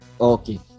Okay